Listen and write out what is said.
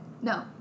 no